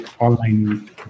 online